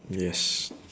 yes